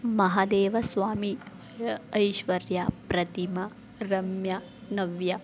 Mahadeva Swamy Aishwarya Pratima Ramya Navya